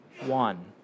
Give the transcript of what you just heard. one